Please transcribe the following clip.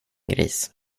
gris